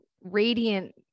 radiant